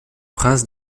prince